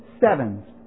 sevens